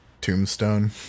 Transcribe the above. Tombstone